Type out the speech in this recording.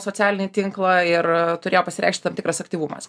socialinį tinklą ir turėjo pasireikšt tam tikras aktyvumas